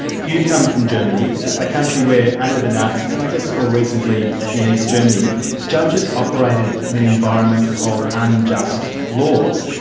you come from germany, a country where under the nazis and i guess more recently in east germany judges operated in in environment of unjust laws.